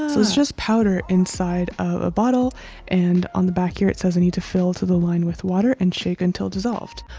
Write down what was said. was just powder inside of a bottle and on the back here it says i need to fill to the line with water and shake until dissolved.